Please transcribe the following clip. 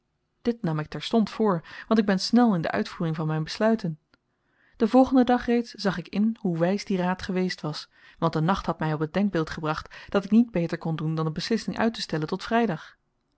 dit nam ik terstond voor want ik ben snel in de uitvoering van myn besluiten den volgenden dag reeds zag ik in hoe wys die raad geweest was want de nacht had my op het denkbeeld gebracht dat ik niet beter kon doen dan de beslissing uittestellen tot vrydag